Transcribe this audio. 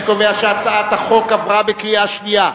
אני קובע שהצעת החוק עברה בקריאה שנייה.